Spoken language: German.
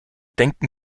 denken